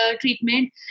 treatment